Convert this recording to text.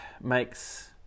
makes